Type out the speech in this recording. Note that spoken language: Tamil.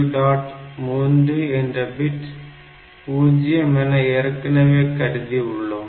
3 என்ற பிட் 0 bit0 என ஏற்கனவே கருதி உள்ளோம்